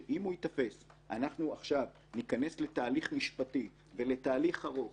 שאם הוא ייתפס אנחנו ניכנס לתהליך משפטי ולתהליך ארוך